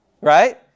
Right